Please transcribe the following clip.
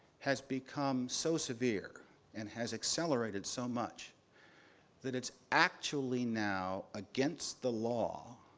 has become so severe and has accelerated so much that it's actually now against the law